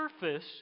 surface